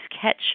catch